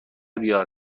بیار